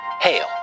hail